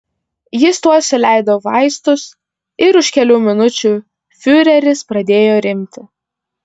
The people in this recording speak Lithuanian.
jis tuoj suleido vaistus ir už kelių minučių fiureris pradėjo rimti